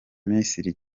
misiri